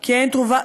כי אין תרופה